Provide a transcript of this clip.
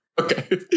Okay